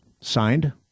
signed